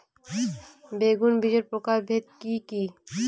বেগুন বীজের প্রকারভেদ কি কী?